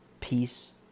peace